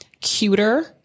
cuter